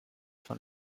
von